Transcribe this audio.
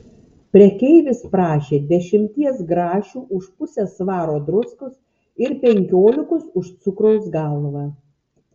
prekeivis prašė dešimties grašių už pusę svaro druskos ir penkiolikos už cukraus galvą